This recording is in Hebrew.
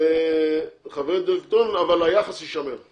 חברי דירקטוריון אבל היחס יישמר.